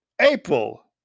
April